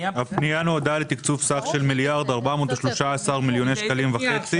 הפנייה נועדה לתקצוב סך של מיליארד ו-413,5 מיליוני שקלים